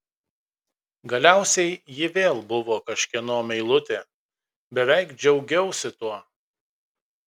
galiausiai ji vėl buvo kažkieno meilutė beveik džiaugiausi tuo